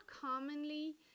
commonly